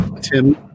Tim